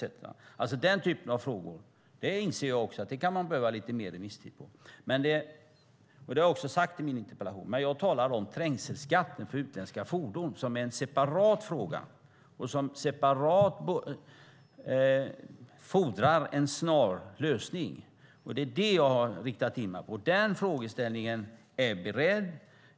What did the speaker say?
När det gäller den typen av frågor inser också jag att man kan behöva lite mer remisstid, och det har jag också sagt i min interpellation. Men jag talar om trängselskatten för utländska fordon, som är en separat fråga och som fordrar en snabb separat lösning. Det är det jag har riktat in mig på. Denna frågeställning är beredd.